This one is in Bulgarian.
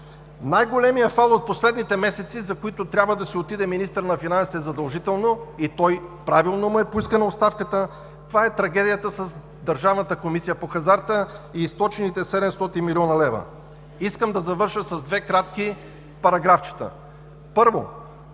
Най-големият фал от последните месеци, за които министърът на финансите задължително трябва да си отиде, и правилно му е поискана оставката, е трагедията с Държавната комисия по хазарта и източените 700 млн. лв. Искам да завърша с две кратки параграфчета. Първо,